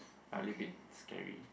a little bit scary